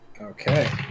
Okay